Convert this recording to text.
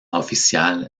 oficial